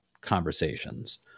conversations